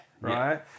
Right